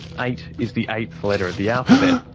eight is the eighth letter of the alphabet,